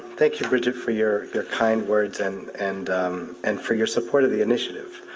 thank you, bridget, for your your kind words and and and for your support of the initiative.